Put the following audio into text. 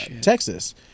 Texas